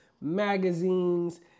magazines